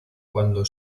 cuando